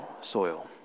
soil